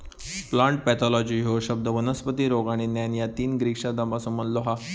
plant pathology ह्यो शब्द वनस्पती रोग आणि ज्ञान या तीन ग्रीक शब्दांपासून बनलो हा